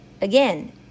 Again